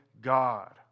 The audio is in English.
God